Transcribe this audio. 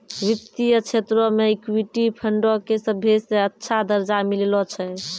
वित्तीय क्षेत्रो मे इक्विटी फंडो के सभ्भे से अच्छा दरजा मिललो छै